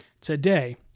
today